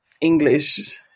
English